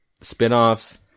Spinoffs